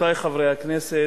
רבותי חברי הכנסת,